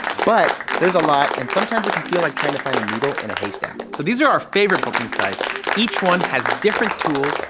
but, there's a lot, and sometimes it can feel like trying to find a needle in a haystack. so these are our favorite booking sites each one has different tools,